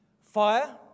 fire